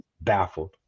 baffled